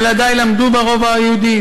ילדי למדו ברובע היהודי,